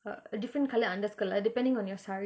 uh a different colour underskirt lah depending on your saree